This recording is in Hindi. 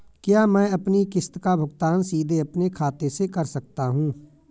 क्या मैं अपनी किश्त का भुगतान सीधे अपने खाते से कर सकता हूँ?